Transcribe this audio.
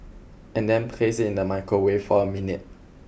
and then place it in the microwave for a minute